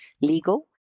legal